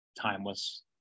Timeless